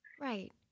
Right